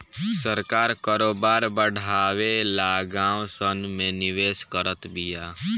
सरकार करोबार बड़ावे ला गाँव सन मे निवेश करत बिया